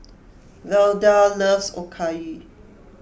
Velda loves Okayu